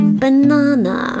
banana